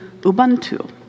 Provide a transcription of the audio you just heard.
Ubuntu